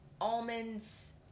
almonds